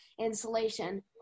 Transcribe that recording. insulation